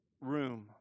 room